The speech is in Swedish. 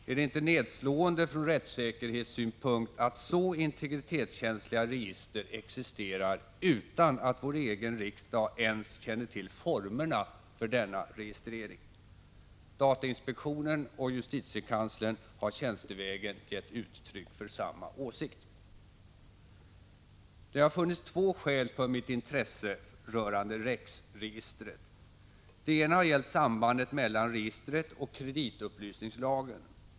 Är det inte nedslående från rättssäkerhetssynpunkt att så integritetskänsliga register existerar utan att vår egen riksdag ens känner till formerna för denna registrering? Datainspektionen och justitiekanslern har tjänstevägen gett uttryck för samma åsikt. Det har funnits två skäl för mitt intresse rörande REX-registret. Det ena har gällt sambandet mellan registret och kreditupplysningslagen.